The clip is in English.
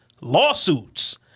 lawsuits